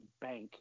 bank